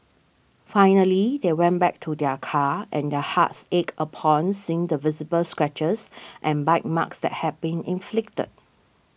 finally they went back to their car and their hearts ached upon seeing the visible scratches and bite marks that had been inflicted